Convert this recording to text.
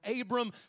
Abram